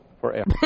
forever